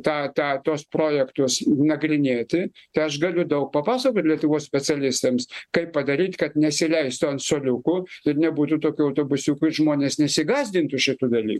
tą tą tuos projektus nagrinėti tai aš galiu daug papasakot lietuvos specialistams kaip padaryt kad nesileistų ant suoliukų ir nebūtų tokių autobusiukų ir žmonės nesigąsdintų šitų dalykų